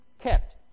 kept